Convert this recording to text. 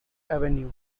avenue